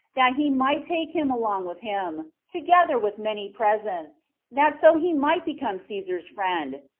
that he might take him along with him, together with many presents, that so he might become caesar's friend,